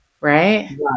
Right